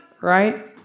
right